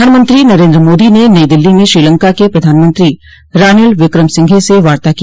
प्रधानमंत्री नरेन्द्र मोदी ने नई दिल्ली में श्रीलंका के प्रधानमंत्रो रानिल विक्रमसिंघे से वार्ता की